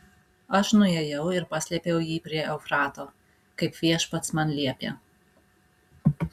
aš nuėjau ir paslėpiau jį prie eufrato kaip viešpats man liepė